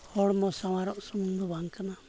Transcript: ᱦᱚᱲᱢᱚ ᱥᱟᱶᱟᱨᱚᱜ ᱥᱩᱢᱩᱝ ᱫᱚ ᱵᱟᱝ ᱠᱟᱱᱟ